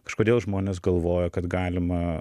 kažkodėl žmonės galvoja kad galima